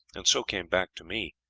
and so came back to me.